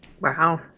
Wow